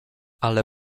ale